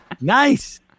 Nice